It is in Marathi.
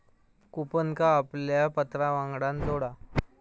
कूपनका आपल्या पत्रावांगडान जोडा